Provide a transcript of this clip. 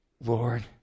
Lord